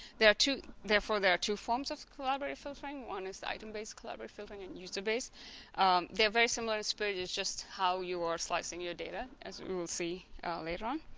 there are two therefore there are two forms of collaborative filtering one is the item-based collaborative filtering and user-based they're very similar spirit it's just how you are slicing your data as we will see later on